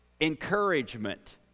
encouragement